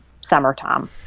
summertime